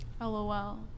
lol